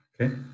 Okay